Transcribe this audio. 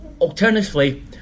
alternatively